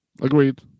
Agreed